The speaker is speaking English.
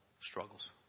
struggles